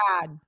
bad